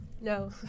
no